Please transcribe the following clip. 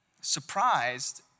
surprised